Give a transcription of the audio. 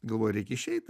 galvoju reikia išeit